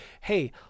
hey